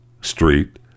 street